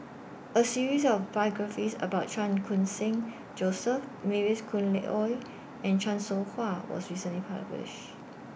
A series of biographies about Chan Khun Sing Joseph Mavis Khoo Oei and Chan Soh Ha was recently published